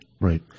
Right